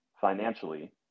financially